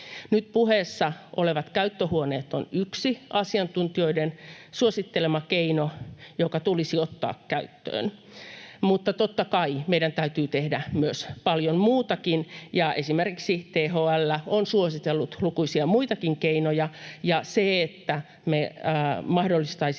Nyt puheessa olevat käyttöhuoneet on yksi asiantuntijoiden suosittelema keino, joka tulisi ottaa käyttöön, mutta totta kai meidän täytyy tehdä paljon muutakin. Esimerkiksi THL on suositellut lukuisia muitakin keinoja. Se, että me mahdollistaisimme